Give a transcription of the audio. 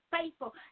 faithful